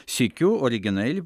sykiu originaliai